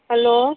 hello